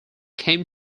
came